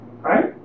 right